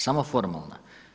Samo formalna.